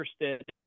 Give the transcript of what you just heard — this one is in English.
interested